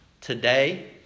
Today